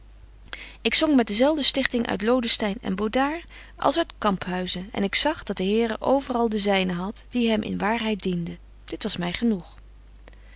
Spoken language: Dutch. ik zong met dezelfde stichting uit lodestein en bodaert als uit camphuizen en ik zag dat de here overal de zynen hadt die hem in waarheid dienden dit was my genoeg